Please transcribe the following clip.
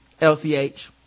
LCH